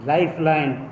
Lifeline